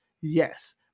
Yes